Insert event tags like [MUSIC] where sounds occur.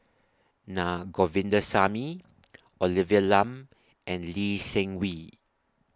Na Govindasamy [NOISE] Olivia Lum and Lee Seng Wee